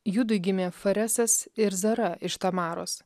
judui gimė faresas ir zara iš tamaros